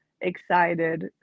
excited